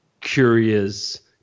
curious